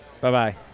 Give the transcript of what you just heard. Bye-bye